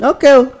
Okay